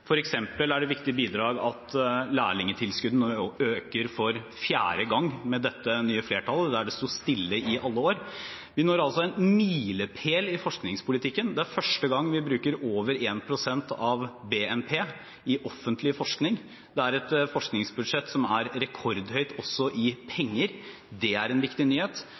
viktig bidrag at lærlingtilskuddet nå øker for fjerde gang med dette nye flertallet – der det sto stille i alle år. Vi når en milepæl i forskningspolitikken. Det er første gang vi bruker over 1 pst. av BNP til offentlig forskning. Det er et forskningsbudsjett som er rekordhøyt også i penger, det er en viktig nyhet.